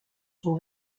son